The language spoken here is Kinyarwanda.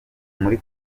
muri